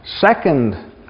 Second